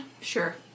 sure